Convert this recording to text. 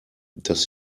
dass